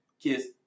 kiss